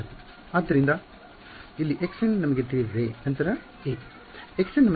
ವಿದ್ಯಾರ್ಥಿ ಆದ್ದರಿಂದ ಇಲ್ಲಿ χn ನಮಗೆ ತಿಳಿದಿದೆ ನಂತರ a